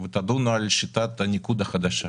ותדונו על שיטת הניקוד החדשה,